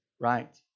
right